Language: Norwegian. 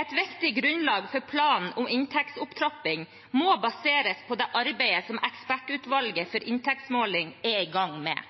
Et viktig grunnlag for planen om inntektsopptrapping må baseres på det arbeidet som ekspertutvalget for inntektsmåling er i gang med.